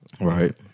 right